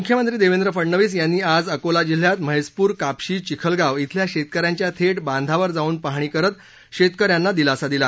मुख्यमंत्री देवेंद्र फडनवीस यांनी आज अकोला जिल्ह्यात म्हेसपूर कापशी चिखलगाव डिल्या शेतकऱ्यांच्या थेट बांधावर जाऊन पाहणी करत शेतकऱ्यांना दिलासा दिला